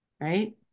right